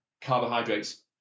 carbohydrates